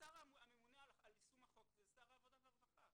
השר הממונה הוא שר העבודה והרווחה.